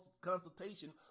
consultation